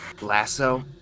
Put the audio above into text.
lasso